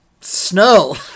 Snow